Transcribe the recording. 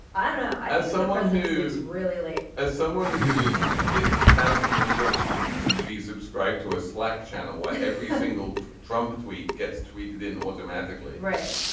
i know i have someone who's really late as someone who has the misfortune to be subscribed to a slack channel way every single trump tweet gets tweeted in automatically right